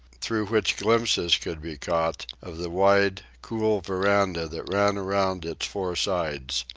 through which glimpses could be caught of the wide cool veranda that ran around its four sides.